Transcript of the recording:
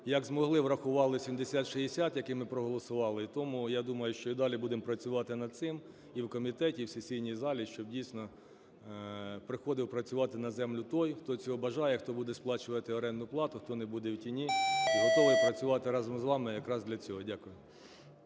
як змогли, врахували - 7060, який ми проголосували. І тому, я думаю, що і далі будемо працювати над цим і в комітеті, і в сесійній залі, щоб, дійсно, приходив працювати на землю той, хто цього бажає, хто буде сплачувати орендну плату, хто не буде в тіні і готовий працювати разом з вами якраз для цього. Дякую.